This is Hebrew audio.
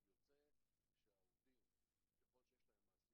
השעה 12:20 כמעט.